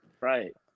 right